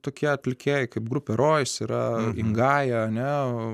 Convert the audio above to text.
tokie atlikėjai kaip grupė rojus yra ingaja ane